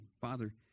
father